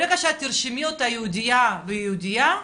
ברגע שאת תרשמי אותה יהודייה ויהודייה,